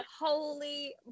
holy